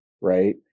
right